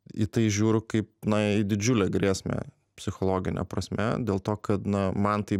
į tai žiūriu kaip na į didžiulę grėsmę psichologine prasme dėl to kad na man tai